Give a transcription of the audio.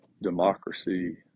democracy